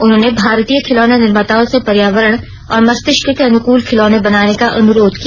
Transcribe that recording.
उन्होंने भारतीय खिलौना निर्माताओं से पर्यावरण और मस्तिष्क के अनुकूल खिलौने बनाने का अनुरोध किया